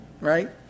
Right